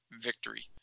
victory